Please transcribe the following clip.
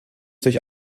durch